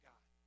God